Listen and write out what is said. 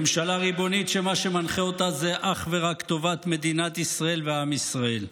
ממשלה ריבונית שמה שמנחה אותה זה אך ורק טובת מדינת ישראל ועם ישראל,